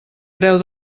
preu